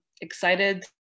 Excited